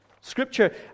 Scripture